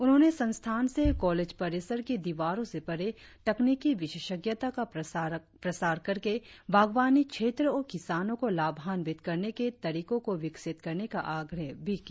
उन्होंने संस्थान से कॉलेज परिसर की दीवारों से परे तकनीकी विशेषज्ञता का प्रसार करके बागवानी क्षेत्र और किसानों को लाभांन्वित करने के तरीकों को विकसित करने का आग्रह भी किया